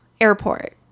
airport